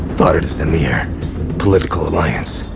thought it is a mere political alliance.